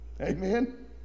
Amen